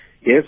Yes